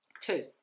two